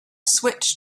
switch